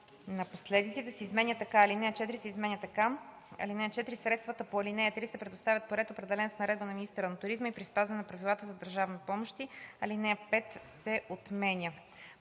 - ДВ, бр. ...) се изменя така: 1. Алинея 4 се изменя така: „(4) Средствата по ал. 3 се предоставят по ред, определен с наредба на министъра на туризма, и при спазване на правилата за държавни помощи.“ 2. Алинея 5 се отменя.“